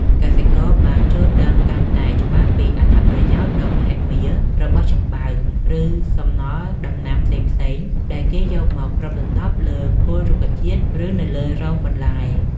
កសិករបានយល់ដឹងកាន់តែច្បាស់ពីអត្ថប្រយោជន៍ដ៏មហិមារបស់ចំបើង ឬសំណល់ដំណាំផ្សេងៗដែលគេយកមកគ្របដណ្ដប់លើគល់រុក្ខជាតិ ឬនៅលើរងបន្លែ។